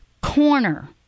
corner